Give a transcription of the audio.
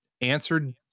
answered